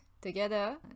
together